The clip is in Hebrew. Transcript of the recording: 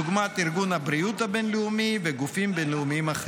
דוגמת ארגון הבריאות הבין-לאומי וגופים בין-לאומיים אחרים,